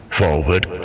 forward